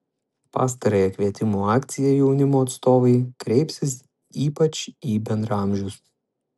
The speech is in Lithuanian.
pastarąja kvietimų akcija jaunimo atstovai kreipsis ypač į bendraamžius